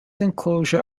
enclosure